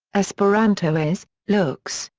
esperanto is, looks,